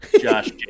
josh